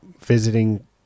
visiting